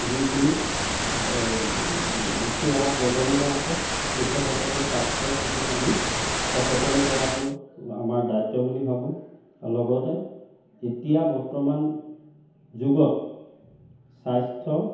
যিখিনি উঠি অহা প্ৰজন্ম আছে তেখেতসকলৰ স্বাস্থ্যৰ প্ৰতি আমি সচেতন কৰাটো আমাৰ দায়িত্ব বুলি ভাবোঁ লগতে এতিয়া বৰ্তমান যুগত স্বাস্থ্য